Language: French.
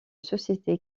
société